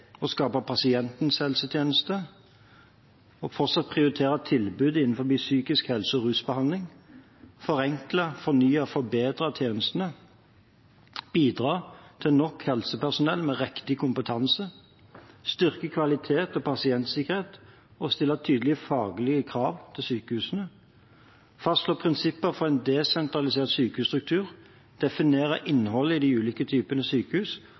å skape pasientens helsetjeneste og fortsatt prioritere tilbud innenfor psykisk helse og rusbehandling, forenkle, fornye og forbedre tjenestene, bidra til nok helsepersonell med riktig kompetanse, styrke kvalitet og pasientsikkerhet og stille tydelige faglige krav til sykehusene, fastslå prinsipper for en desentralisert sykehusstruktur, definere innholdet i de ulike typene sykehus,